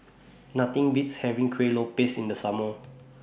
Nothing Beats having Kuih Lopes in The Summer